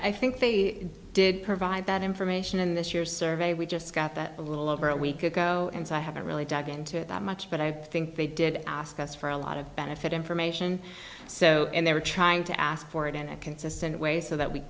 i think they did provide that information in this year's survey we just got that a little over a week ago and so i haven't really dug into it that much but i think they did ask us for a lot of benefit information so and they were trying to ask for it in a consistent way so that we